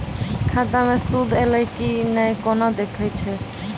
खाता मे सूद एलय की ने कोना देखय छै?